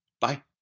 Bye